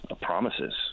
promises